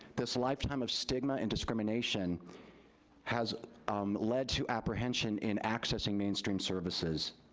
this lifetime of stigma and discrimination has um led to apprehension in accessing mainstream services.